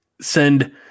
send